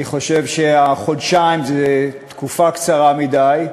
אני חושב שחודשיים הם תקופה קצרה מדי,